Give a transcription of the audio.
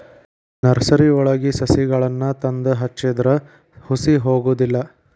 ನರ್ಸರಿವಳಗಿ ಸಸಿಗಳನ್ನಾ ತಂದ ಹಚ್ಚಿದ್ರ ಹುಸಿ ಹೊಗುದಿಲ್ಲಾ